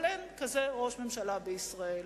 אבל אין כזה ראש ממשלה בישראל.